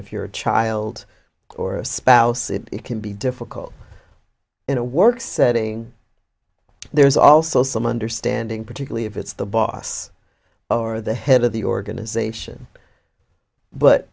if you're a child or a spouse it can be difficult in a work setting there's also some understanding particularly if it's the boss or the head of the organization but